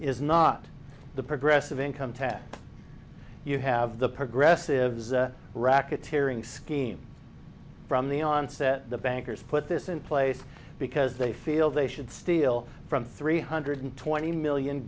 is not the progressive income tax you have the progressive racketeering scheme from the onset the bankers put this in place because they feel they should steal from three hundred twenty million